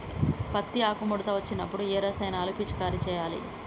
పత్తి ఆకు ముడత వచ్చినప్పుడు ఏ రసాయనాలు పిచికారీ చేయాలి?